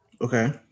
Okay